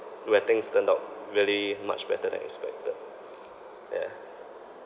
where things turned out really much better than expected yeah